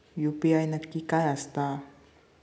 UPI नक्की काय आसता?